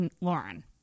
Lauren